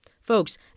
Folks